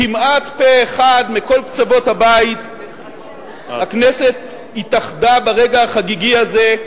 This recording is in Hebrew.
כמעט פה-אחד מכל קצוות הבית הכנסת התאחדה ברגע חגיגי הזה,